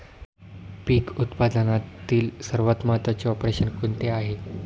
पीक उत्पादनातील सर्वात महत्त्वाचे ऑपरेशन कोणते आहे?